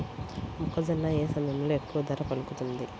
మొక్కజొన్న ఏ సమయంలో ఎక్కువ ధర పలుకుతుంది?